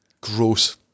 gross